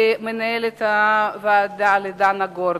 למנהלת הוועדה דנה גורדון,